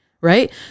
right